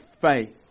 faith